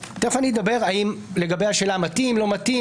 תכף אני אדבר על השאלה אם זה מתאים או לא מתאים,